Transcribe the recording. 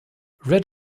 red